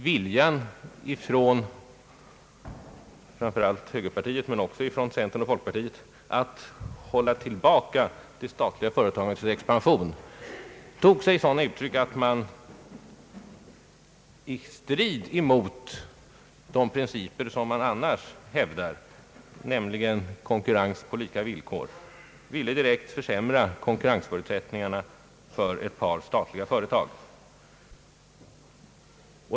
Viljan från framför allt högerpartiet men också från centern och folkpartiet att hålla tillbaka det statliga föreiagandets expansion tog sig då sådana uttryck att man i strid mot de principer man annars hävdar, nämligen konkurrens på lika villkor, ville direkt försämra konkurrensförutsättningarna för ett par statliga företag.